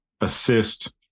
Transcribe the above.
assist